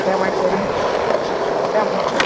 ہے وۅنۍ کٔرِو ہے وۅنۍ